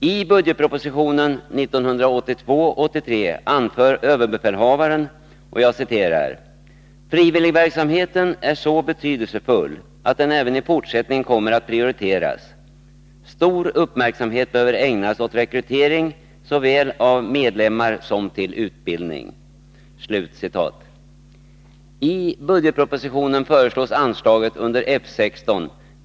I budgetpropositionen 1982/83 anför överbefälhavaren, och jag citerar: ”Frivilligverksamheten är så betydelsefull att den även i fortsättningen kommer att prioriteras. Stor uppmärksamhet behöver ägnas åt rekrytering såväl av medlemmar som till utbildning.” I budgetpropositionen föreslås att anslaget under F 16.